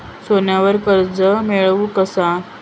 सोन्यावर कर्ज मिळवू कसा?